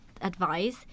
advice